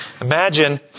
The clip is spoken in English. Imagine